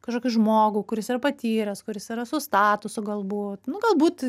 kažkokį žmogų kuris yra patyręs kuris yra su statusu galbūt nu galbūt